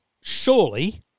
surely